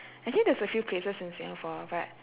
actually there's a few places in singapore but